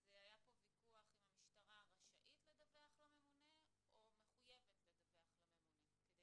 אז היה ויכוח אם המשטרה רשאית לדווח לממונה או מחויבת לדווח לממונה כדי